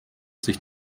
sich